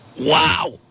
Wow